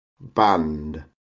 band